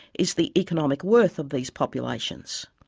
is the economic worth of these populations.